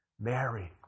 Mary